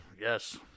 Yes